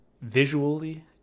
visually